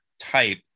type